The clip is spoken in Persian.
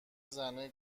زنه